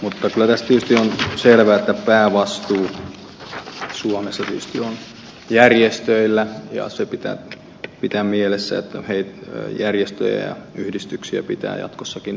mutta kyllä tässä tietysti on selvää että päävastuu suomessa on järjestöillä ja se pitää pitää mielessä että järjestöjä ja yhdistyksiä pitää jatkossakin tukea